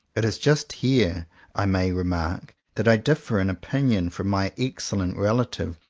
it is just here i may remark that i differ in opinion from my excellent relative,